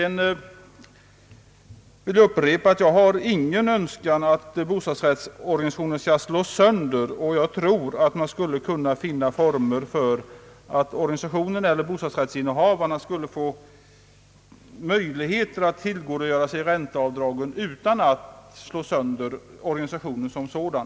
Jag vill upprepa att jag inte har någon önskan att bostadsrättsorganisationen skall slås sönder, och jag tror att man skulle kunna finna former för organisationen eller bostadsrättsinnehava ren att tillgodogöra sig ränteavdragen utan att slå sönder organisationen som sådan.